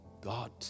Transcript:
God